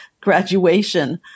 graduation